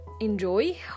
enjoy